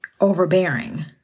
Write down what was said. overbearing